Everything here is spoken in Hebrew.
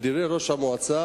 לדברי ראש המועצה,